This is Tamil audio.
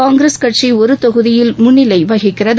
காங்கிரஸ் கட்சி ஒரு தொகுதியில் முன்னிலை வகிக்கிறது